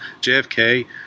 JFK